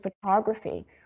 photography